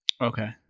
Okay